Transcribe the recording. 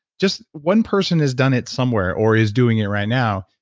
just one person has done it somewhere or is doing it right now.